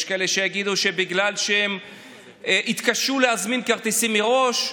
יש כאלה שיגידו שזה בגלל שהם התקשו להזמין כרטיסים מראש.